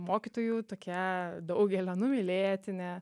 mokytojų tokia daugelio numylėtinė